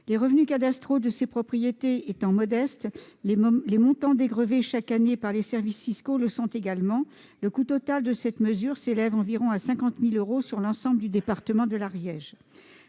Les revenus cadastraux de ces propriétés étant modestes, les montants dégrevés chaque année par les services fiscaux le sont également. Ainsi, le coût total de cette mesure s'élève à environ 50 000 euros sur l'ensemble du département de l'Ariège.